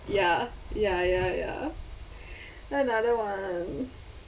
ya ya ya ya then another one